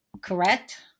correct